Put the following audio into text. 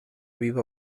viva